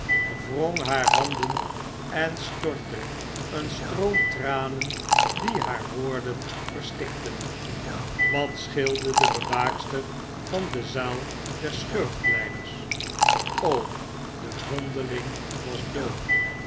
wrong haar handen en stortte een stroom tranen die haar woorden verstikten wat scheelde de bewaakster van de zaal der schurft verleiders de vondeling was dood